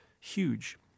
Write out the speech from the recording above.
Huge